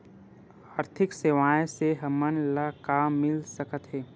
आर्थिक सेवाएं से हमन ला का मिल सकत हे?